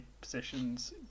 positions